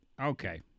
Okay